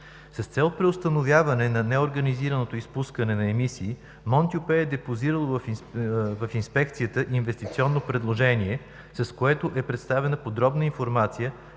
С цел преустановяване на неорганизираното изпускане на емисии „Монтюпе“ е депозирало в Инспекцията инвестиционно предложение, с което е представена подробна информация